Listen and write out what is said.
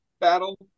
battle